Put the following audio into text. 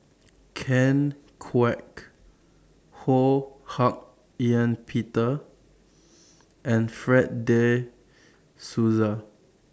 Ken Kwek Ho Hak Ean Peter and Fred De Souza